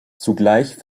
zugleich